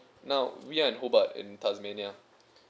now we're in hobart in tasmania